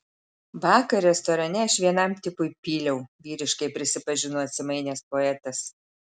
vakar restorane aš vienam tipui pyliau vyriškai prisipažino atsimainęs poetas